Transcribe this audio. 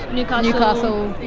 newcastle,